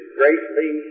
greatly